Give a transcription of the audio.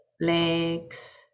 legs